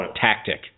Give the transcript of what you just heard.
tactic